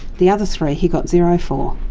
the other three he got zero for.